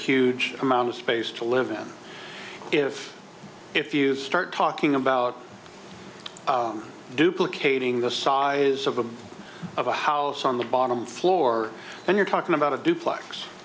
huge amount of space to live in if if you start talking about duplicating the size of a of a house on the bottom floor and you're talking about a duplex